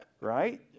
right